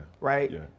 right